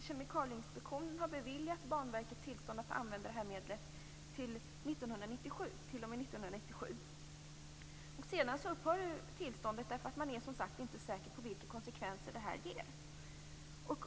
Kemikalieinspektionen har beviljat Banverket tillstånd att använda medlet t.o.m. 1997. Sedan upphör tillståndet, eftersom man som sagt inte är säker på vilka konsekvenser besprutningen får.